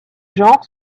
genre